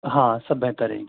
ہاں سب بہتر ہے